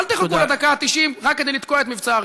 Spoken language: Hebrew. אל תחכו לדקה התשעים רק כדי לתקוע את מבצע ההריסה,